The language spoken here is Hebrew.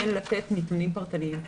כן לתת נתונים פרטניים.